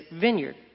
vineyard